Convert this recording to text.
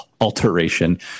alteration